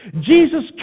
Jesus